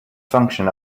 function